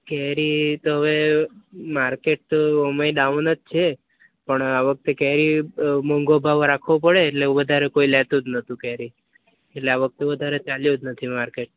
કેરી તો હવે માર્કેટ તો ઓમેય ડાઉન જ છે પણ આ વખતે કેરી વધારે મોંઘો ભાવ રાખવો પડે એટલે વધારે કોઈ લેતું નતું કેરી એટલે આ વખતે વધારે ચાલ્યું જ નથી માર્કેટ